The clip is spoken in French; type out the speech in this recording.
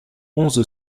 onze